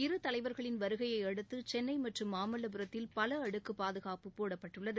இரு தலைவர்களின் வருகையடுத்து சென்னை மற்றும் மாமல்வபுரத்தில் பல அடுக்கு பாதுகாப்பு போடப்பட்டுள்ளது